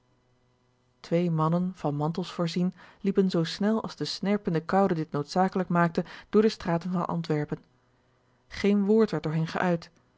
twee mannen van mantels voorzien liepen zoo snel als de snerpende koude dit noodzakelijk maakte door de straten van antwerpen green woord werd door hen geuit